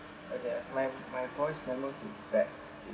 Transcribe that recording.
ah ya my voice memos is bad